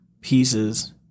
pieces